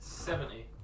Seventy